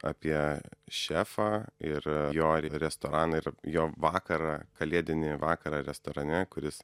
apie šefą ir jo restoraną ir jo vakarą kalėdinį vakarą restorane kuris